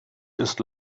ist